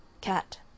Cat